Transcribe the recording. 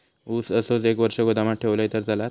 ऊस असोच एक वर्ष गोदामात ठेवलंय तर चालात?